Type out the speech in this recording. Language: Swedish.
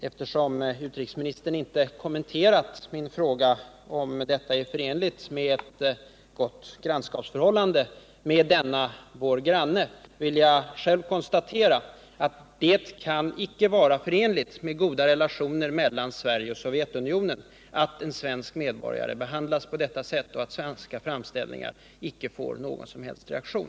Eftersom utrikesministern inte har kommenterat min fråga om detta är ett tecken på ett gott grannskapsförhållande vill jag själv konstatera att det inte kan tyda på goda relationer mellan Sverige och Sovjetunionen att en svensk medborgare behandlas på detta sätt och att svenska framställningar icke får någon som helst reaktion.